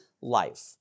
life